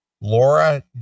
Laura